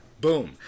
boom